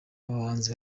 abahanzi